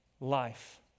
life